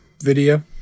video